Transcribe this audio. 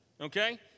Okay